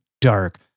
dark